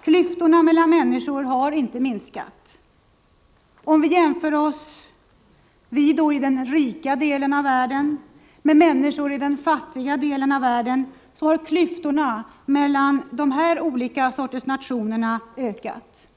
Klyftorna mellan människor har inte minskat. Om vi jämför oss — vi i den rika delen av världen — med människor i den fattiga delen av världen, så finner vi att klyftorna mellan dessa olika sorters nationer har ökat.